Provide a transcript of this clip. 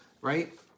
right